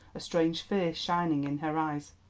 a strange fear shining in her eyes.